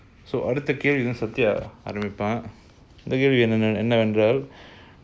அடுத்தகேள்விவந்துசத்யாஎன்னவென்றால்:adutha kelvi vandhu sathya ennavendral